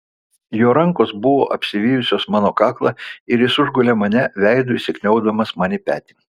jo rankos buvo apsivijusios mano kaklą ir jis užgulė mane veidu įsikniaubdamas man į petį